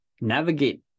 navigate